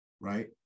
Right